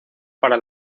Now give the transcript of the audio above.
para